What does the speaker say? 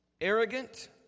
arrogant